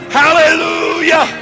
hallelujah